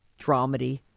dramedy